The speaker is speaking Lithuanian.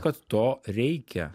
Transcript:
kad to reikia